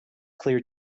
clear